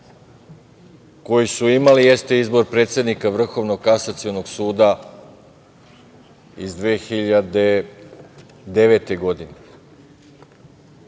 koji su imali jeste izbor predsednika Vrhovnog kasacionog suda iz 2009. godine. Kad